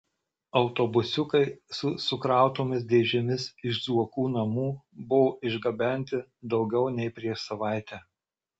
autobusiukai su sukrautomis dėžėmis iš zuokų namų buvo išgabenti daugiau nei prieš savaitę